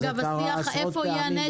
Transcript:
אגב, השיח היה איפה הנשק